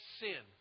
sin